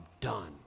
done